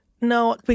No